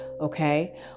okay